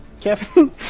Kevin